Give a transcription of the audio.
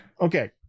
Okay